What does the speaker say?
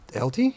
LT